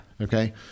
Okay